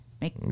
Make